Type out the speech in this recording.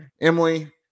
Emily